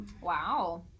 Wow